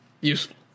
Useful